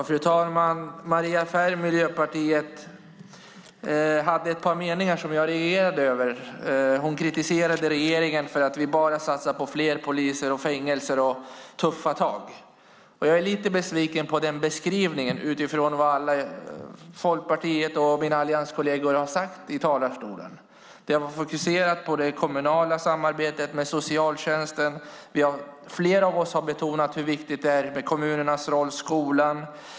Fru talman! Maria Ferm från Miljöpartiet hade ett par meningar som jag reagerade på. Hon kritiserade regeringen för att vi bara satsar på fler poliser, fängelser och tuffa tag. Jag är lite besviken på den beskrivningen, utifrån vad Folkpartiet och mina allianskolleger har sagt i talarstolen. Vi har fokuserat på det kommunala samarbetet med socialtjänsten. Flera av oss har betonat hur viktigt det är med kommunernas roll och med skolan.